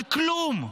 על כלום.